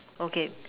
okay